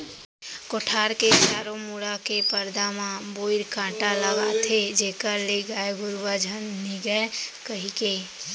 कोठार के चारों मुड़ा के परदा म बोइर कांटा लगाथें जेखर ले गाय गरुवा झन निगय कहिके